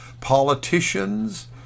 politicians